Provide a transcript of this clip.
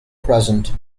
present